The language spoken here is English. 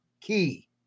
key